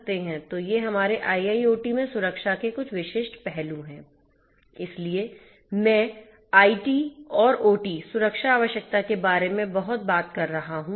तो ये हमारे IIoT में सुरक्षा के कुछ विशिष्ट पहलू हैं इसलिए मैं आईटी और ओटी सुरक्षा आवश्यकता के बारे में बहुत बात कर रहा हूं